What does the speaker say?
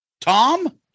Tom